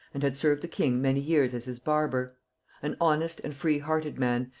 and had served the king many years as his barber an honest and free-hearted man,